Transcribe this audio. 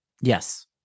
Yes